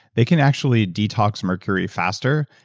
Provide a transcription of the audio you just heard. they can actually detox mercury faster,